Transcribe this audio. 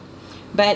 but